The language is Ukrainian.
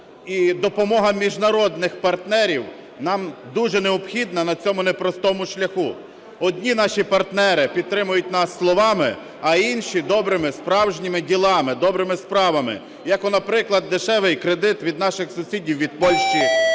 І допомога міжнародних партнерів нам дуже необхідно на цьому непростому шляху. Одні наші партнери підтримують нас словами, а інші – добрими, справжніми ділами, добрими справами. Як наприклад, дешевий кредит від наших сусідів від Польщі.